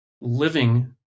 living